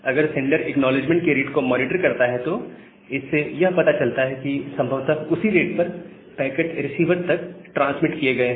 अगर sender acknowledgement के rate को मॉनिटर करता है तो इससे यह पता लगता है कि संभवत उसी रेट पर पैकेट रिसीवर तक ट्रांसमिट किए गए हैं